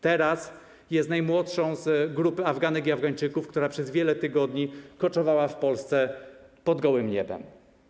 Teraz jest najmłodszą z grupy Afganek i Afgańczyków, która przez wiele tygodni koczowała w Polsce pod gołym niebem.